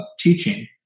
teaching